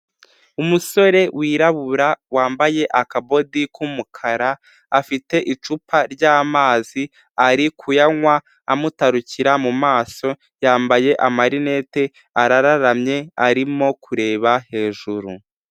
Umusore wirabura wambaye akabodi k'umukara afite icupa ry'amazi, ari kuyanywa amutarukira mu maso yambaye amarinete arararamye arimo kureba hejuru.